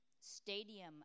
stadium